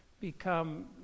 become